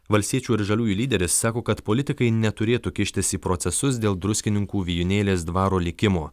valstiečių ir žaliųjų lyderis sako kad politikai neturėtų kištis į procesus dėl druskininkų vijūnėlės dvaro likimo